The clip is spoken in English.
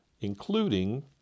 including